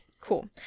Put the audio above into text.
Cool